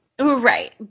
Right